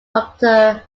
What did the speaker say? doctor